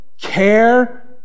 care